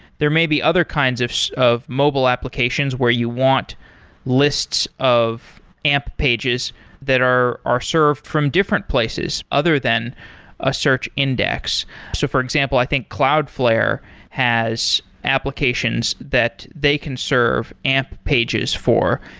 there may be other kinds of so of mobile applications where you want lists of amp pages that are are served from different places other than a search index. so for example, i think cloudflare has applications that they can serve amp pages for.